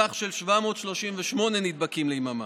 738 נדבקים ליממה.